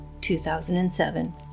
2007